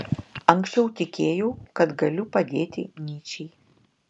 anksčiau tikėjau kad galiu padėti nyčei